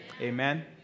Amen